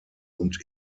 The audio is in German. und